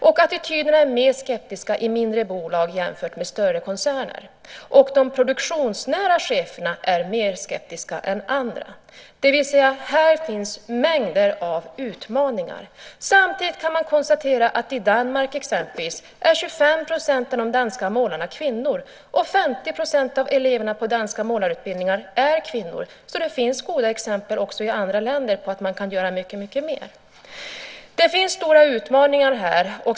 Och attityderna är mer skeptiska i mindre bolag än i större koncerner, och de produktionsnära cheferna är mer skeptiska än andra, det vill säga att här finns mängder av utmaningar. Samtidigt kan man konstatera att i Danmark exempelvis är 25 % av de danska målarna kvinnor, och 50 % av eleverna på danska målarutbildningar är kvinnor, så det finns goda exempel också i andra länder på att man kan göra mycket, mycket mer. Det finns stora utmaningar här.